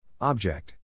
Object